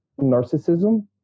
narcissism